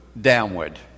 downward